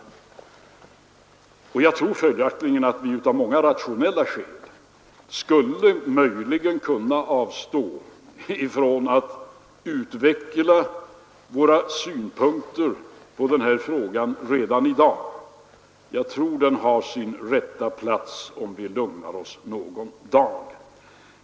Följaktligen skulle vi möjligen av många rationella skäl kunna avstå från att utveckla våra synpunkter på den här frågan redan i dag. Den har sin rätta plats om vi lugnar oss någon dag.